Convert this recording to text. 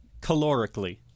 calorically